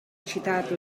citato